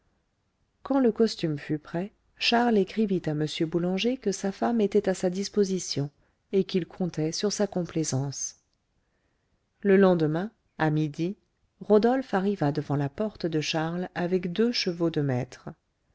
quand le costume fut prêt charles écrivit à m boulanger que sa femme était à sa disposition et qu'ils comptaient sur sa complaisance le lendemain à midi rodolphe arriva devant la porte de charles avec deux chevaux de maître